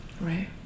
Right